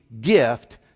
gift